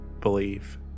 believe